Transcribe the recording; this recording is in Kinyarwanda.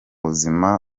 buzima